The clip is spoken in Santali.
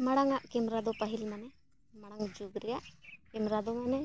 ᱢᱟᱲᱟᱝᱟᱜ ᱠᱮᱢᱨᱟ ᱫᱚ ᱯᱟᱹᱦᱤᱞ ᱢᱟᱱᱮ ᱢᱟᱲᱟᱝ ᱡᱩᱜᱽ ᱨᱮᱱᱟᱜ ᱠᱮᱢᱮᱨᱟ ᱫᱚ ᱢᱟᱱᱮ